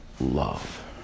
love